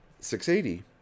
680